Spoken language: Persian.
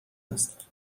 است